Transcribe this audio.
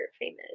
famous